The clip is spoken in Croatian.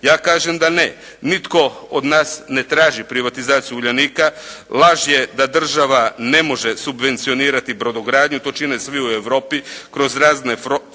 Ja kažem da ne. Nitko od nas ne traži privatizaciju Uljanika, laž je da država ne može subvencionirati brodogradnju, to čine svi u Europi kroz razne